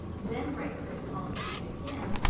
then right click column c again,